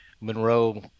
Monroe